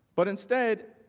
but instead,